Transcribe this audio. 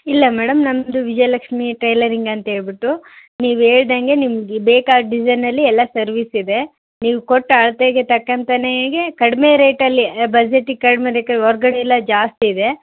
ಇಲ್ಲ ಮೇಡಮ್ ನಮ್ಮದು ವಿಜಯಲಕ್ಷ್ಮೀ ಟೈಲರಿಂಗ್ ಅಂತ ಹೇಳ್ಬಿಟ್ಟು ನೀವು ಹೇಳ್ದಂಗೆ ನಿಮ್ಗೆ ಬೇಕಾದ ಡಿಸೈನಲ್ಲಿ ಎಲ್ಲ ಸರ್ವಿಸ್ ಇದೆ ನೀವು ಕೊಟ್ಟ ಅಳತೆಗೆ ತಕ್ಕಂತೆನೇ ಕಡಿಮೆ ರೇಟಲ್ಲಿ ಬಜೆಟ್ಟಿಗೆ ಕಡಿಮೆ ರೇಟಲ್ಲಿ ಹೊರ್ಗಡೆ ಎಲ್ಲ ಜಾಸ್ತಿ ಇದೆ